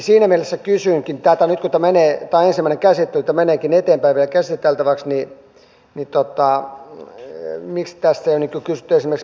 siinä mielessä kysynkin nyt kun tämä on ensimmäinen käsittely ja tämä meneekin eteenpäin vielä käsiteltäväksi miksi tässä ei ole kysytty esimerkiksi perustuslakivaliokunnan kantaa